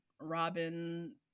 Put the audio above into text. robin